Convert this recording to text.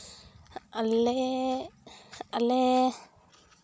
ᱟᱞᱮ ᱟᱞᱮ